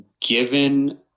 given